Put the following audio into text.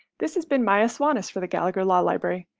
this has been maya swanes for the gallagher law library.